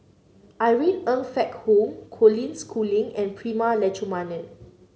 Irene Ng Phek Hoong Colin Schooling and Prema Letchumanan